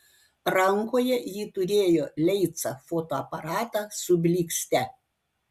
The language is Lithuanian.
rankoje ji turėjo leica fotoaparatą su blykste